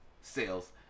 sales